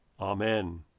Amen